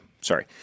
sorry